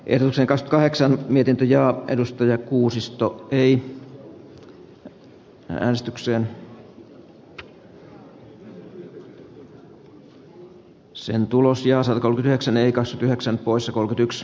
ilse gais kaheksan myyty ja kaikissa äänestyksissä olen äänestänyt jaa mutta se on kolmanneksen leikas yhdeksän poissa kolme tyks